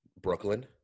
Brooklyn